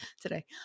today